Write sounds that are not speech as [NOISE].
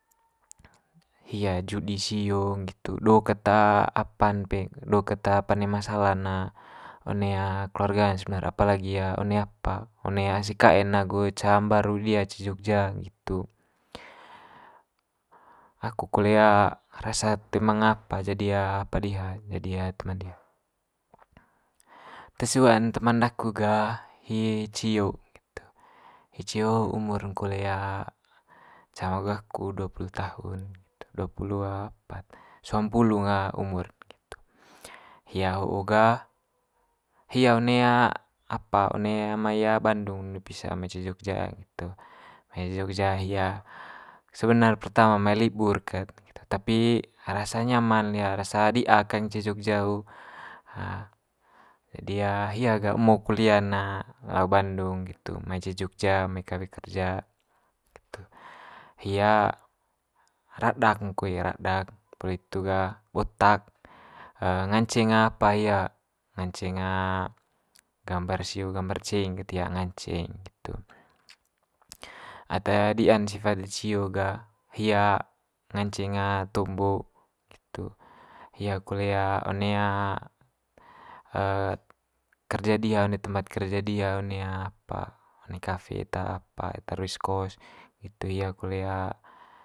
[NOISE] hia judi sio nggitu do ket apa'n pe do ket pande masala'n ne one keluarga'n sebenar apalagi one apa one ase kae'n agu ca mbaru dia ce jogja nggitu. Aku kole rasa toe manga apa jadi apa diha jadi teman diha. Te sua'n teman daku gah hi cio nggitu. Hi cio ho umur'n kole cama agu aku duapulu tahun itu duapulu [UNINTELLIGIBLE] suampulu umur nggitu. Hia ho'o ga hia one apa one mai bandung one pisa mai ce jogja. [UNINTELLIGIBLE] Mai ce jogja hia sebenar pertama mai libur ket [UNINTELLIGIBLE] tapi rasa nyaman liha rasa di'a kaeng ce jogja ho. Jadi [HESITATION] hia ga emo kulia'n lau bandung nggitu mai ce jogja mai kawe kerja. [UNINTELLIGIBLE] Hia radak'n koe radak poli itu ga botak nganceng apa hia nganceng gambar sio gambar ceing kat hia nganceng nggitu. Ata dia'n sifat de cio ga hia nganceng tombo nggitu hia kole one [HESITATION] kerja diha one tempat kerja diha one apa one kafe eta ruis kos, nggitu hia kole,